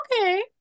okay